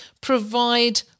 provide